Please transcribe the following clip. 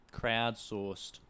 crowdsourced